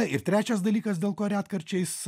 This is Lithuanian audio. na ir trečias dalykas dėl ko retkarčiais